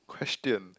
question